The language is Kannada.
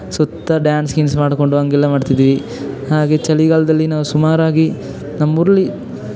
ಸುತ್ತ ಡ್ಯಾನ್ಸ್ ಗೀನ್ಸ್ ಮಾಡಿಕೊಂಡು ಹಂಗೆಲ್ಲ ಮಾಡ್ತಿದ್ವಿ ಹಾಗೆ ಚಳಿಗಾಲ್ದಲ್ಲಿ ನಾವು ಸುಮಾರಾಗಿ ನಮ್ಮೂರಲ್ಲಿ